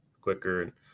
quicker